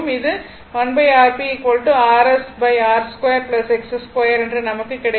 இது 1 Rp Rs Rs2 XS2 என்று நமக்கு கிடைக்கும்